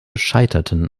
scheiterten